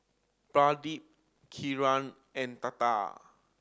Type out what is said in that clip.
Pradip Kiran and Tata